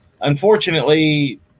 unfortunately